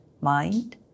mind